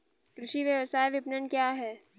कृषि व्यवसाय विपणन क्या है?